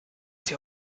sie